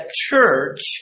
church